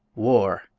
war!